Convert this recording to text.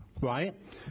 Right